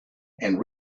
and